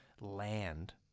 land